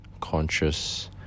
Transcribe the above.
conscious